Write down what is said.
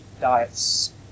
diets